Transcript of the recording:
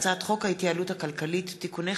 הצעת חוק מס ערך מוסף (תיקון,